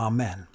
Amen